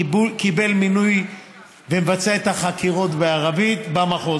קיבל מינוי ומבצע את החקירות בערבית במחוז.